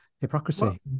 hypocrisy